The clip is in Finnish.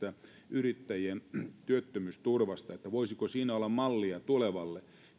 yrittäjien työttömyysturvasta että voisiko siinä olla mallia tulevaan